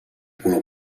color